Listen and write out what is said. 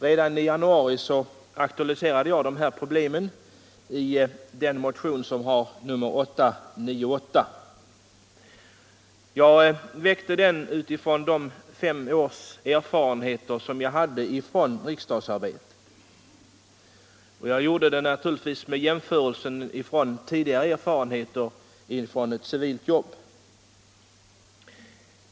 Redan i januari aktualiserade jag dessa problem i motionen 898. Jag väckte den med utgångspunkt i mina fem års erfarenheter av riksdagsarbetet. Jag gjorde naturligtvis jämförelser med mina tidigare erfarenheter från ett civilt jobb.